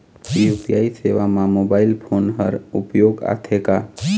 UPI सेवा म mobile phone हर उपयोग आथे का?